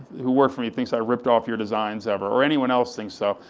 who works for me thinks i ripped off your designs ever, or anyone else thinks so,